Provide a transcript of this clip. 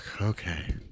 Okay